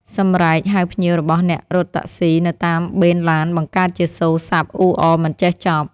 សម្រែកហៅភ្ញៀវរបស់អ្នករត់តាក់ស៊ីនៅតាមបេនឡានបង្កើតជាសូរសព្ទអ៊ូអរមិនចេះចប់។